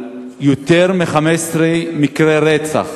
לגבי יותר מ-15 מקרי רצח